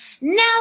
Now